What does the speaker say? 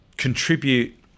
contribute